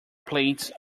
plates